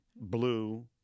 blue